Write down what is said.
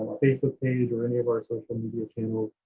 facebook page, or any of our social media channels.